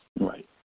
Right